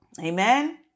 Amen